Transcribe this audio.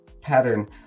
pattern